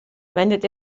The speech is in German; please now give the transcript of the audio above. wendet